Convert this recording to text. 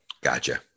Gotcha